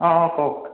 অঁ অঁ কওক